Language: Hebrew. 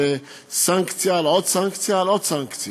זו סנקציה על עוד סנקציה על עוד סנקציה,